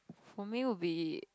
for me will be